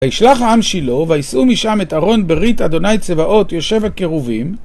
וישלח העם שלו ויישאו משם את ארון ברית אדוני צבאות יושב הקירובים